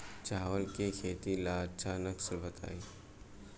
चावल के खेती ला अच्छा नस्ल बताई?